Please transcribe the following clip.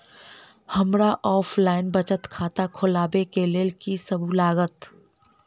हमरा ऑफलाइन बचत खाता खोलाबै केँ लेल की सब लागत?